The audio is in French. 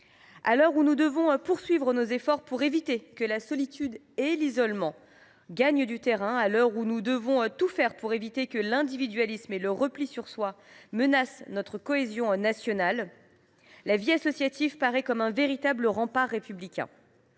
À l’heure où nous devons poursuivre nos efforts pour empêcher que la solitude et l’isolement ne gagnent du terrain, et tout faire pour éviter que l’individualisme et le repli sur soi ne menacent notre cohésion nationale, la vie associative apparaît comme un véritable rempart républicain.